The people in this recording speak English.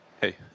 Hey